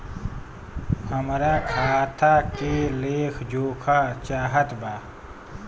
हमरा खाता के लेख जोखा चाहत बा?